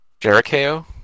Jericho